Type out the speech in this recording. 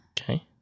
Okay